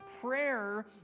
prayer